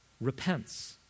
repents